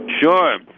Sure